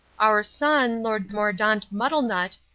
our son, lord mordaunt muddlenut,